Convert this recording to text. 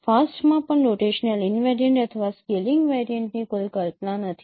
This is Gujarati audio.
FAST માં પણ રોટેશનલ ઈનવેરિયન્ટ અથવા સ્કેલિંગ વેરિઅન્ટની કોઈ કલ્પના નથી